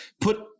put